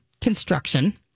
Construction